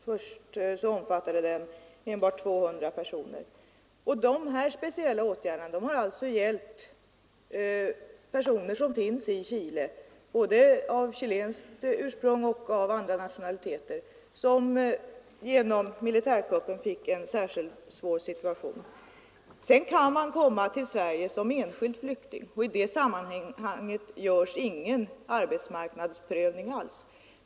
Först omfattade den enbart 200 personer. Dessa speciella åtgärder har alltså hjälpt personer som vistas i Chile — både av chilenskt ursprung och av andra nationaliteter — och som genom militärkuppen hamnade i en särskilt svår situation. Man kan också komma till Sverige som enskild flykting, och i det sammanhanget görs ingen arbetsmarknadsprövning alls.